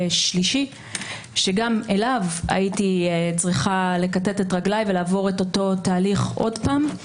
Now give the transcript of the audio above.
שלישי שגם אליו הייתי צריכה לכתת את רגליי ולעבור אותו תהליך שוב.